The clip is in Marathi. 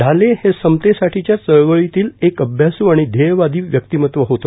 ढाले हे समतेसाठीच्या चळवळीतील एक अभ्यासू आणि ध्येयवादी व्यक्तिमत्व होते